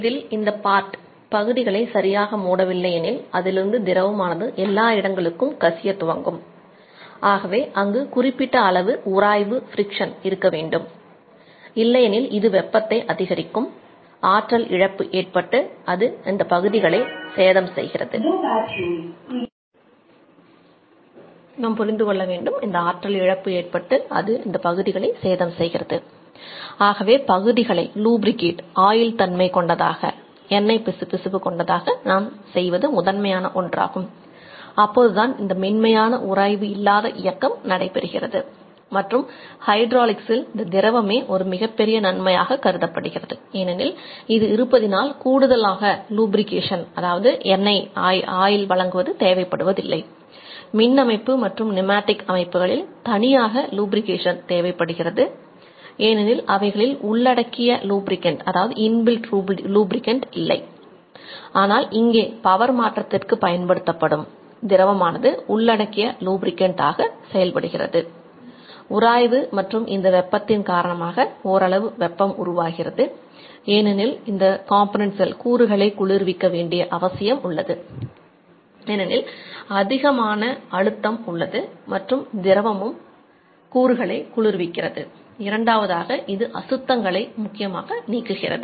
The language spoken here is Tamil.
இதில் பகுதிகளை குளிர்விக்கிறது இரண்டாவதாக அது அசுத்தங்களையும் நீக்குகிறது